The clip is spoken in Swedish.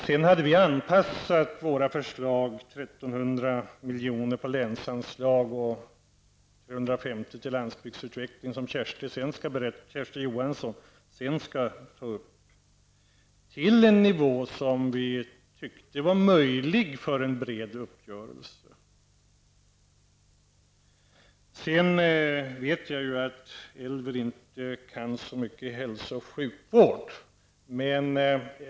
Vi hade anpassat våra förslag -- 1 300 milj.kr. till länsanslaget och 350 milj.kr. till landsbygdsutvecklingen, något som Kersti Johansson kommer att ta upp -- till en nivå som vi ansåg vara möjlig för en bred uppgörelse. Jag vet ju att Elver Jonsson inte kan så mycket om hälso och sjukvård.